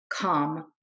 come